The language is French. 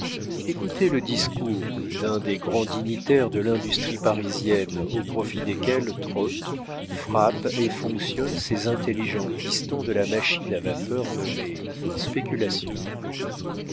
le discours d'un des grands dignitaires de l'industrie parisienne au profit desquels trottent frappent et fonctionnent ces intelligents pistons de la machine à vapeur nommé spéculation